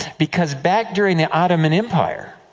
because back during the ottoman empire,